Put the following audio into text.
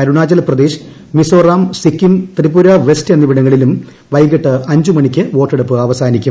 Arunachal Pradesh Mizoram Sikkim Tripura West എന്നിവിടങ്ങളിലും ക്ലൈകിട്ട് അഞ്ച് മണിക്ക് വോട്ടെടുപ്പ് അവസാനിക്കും